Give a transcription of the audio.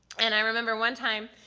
and i remember one time,